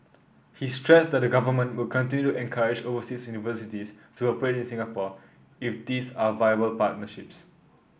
he stressed that the Government will continue encourage overseas universities to operate in Singapore if these are viable partnerships